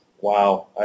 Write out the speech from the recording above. wow